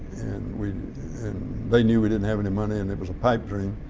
and we and they knew we didn't have any money and it was a pipe dream,